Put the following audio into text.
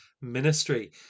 ministry